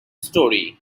story